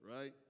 right